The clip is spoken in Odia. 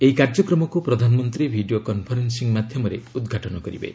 ଏହି କାର୍ଯ୍ୟକ୍ରମକୁ ପ୍ରଧାନମନ୍ତ୍ରୀ ଭିଡ଼ିଓ କନ୍ଫରେନ୍ସିଂ ମାଧ୍ୟମରେ ଉଦ୍ଘାଟନ କରିବେ